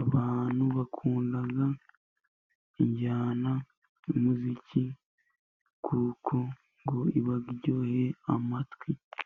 Abantu bakunda injyana y'umuziki, kuko ngo iba iryoheye amatwi.